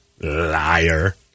Liar